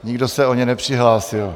Nikdo se o ně nepřihlásil.